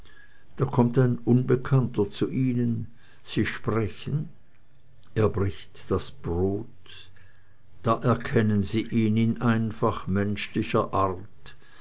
da kommt ein unbekannter zu ihnen sie sprechen er bricht das brot da erkennen sie ihn in einfach menschlicher art